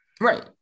Right